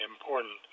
important